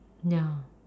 ya